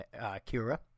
Kira